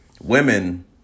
women